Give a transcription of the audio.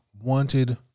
wanted